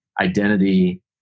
identity